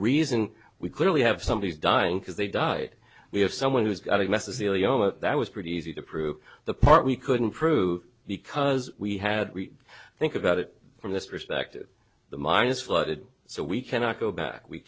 reason we clearly have somebody dying because they died we have someone who's got a mesothelioma that was pretty easy to prove the part we couldn't prove because we had we think about it from this perspective the minus flooded so we cannot go back we